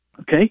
okay